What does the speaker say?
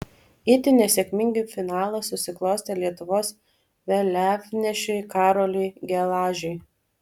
itin nesėkmingai finalas susiklostė lietuvos vėliavnešiui karoliui gelažiui